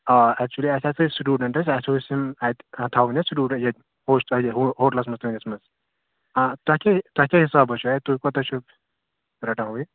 آ ایٚکچٕوٕلی أسۍ حظ ٲسۍ سُٹوٗڈَنٛٹ أسۍ اَسہِ ٲسۍ نیُن اَتہِ تھاوٕنۍ حظ سُٹوٗڈَنٛٹ ییٚتہِ پوشٹ اَتہِ یہِ ہوٹلَس منٛز تُہٕنٛدِس منٛز آ تۄہہِ کیٛاہ توہہِ کیٛاہ حِسابہ چھُو اَتہِ تُہۍ کوٗتاہ چھُو رٹان ہُہ یہِ